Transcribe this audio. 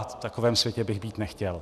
V takovém světě bych být nechtěl.